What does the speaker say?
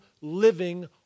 living